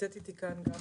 נמצאת איתי כאן גם